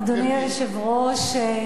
אדוני היושב-ראש,